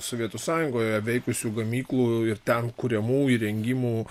sovietų sąjungoje veikusių gamyklų ir ten kuriamų įrengimų